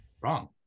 Wrong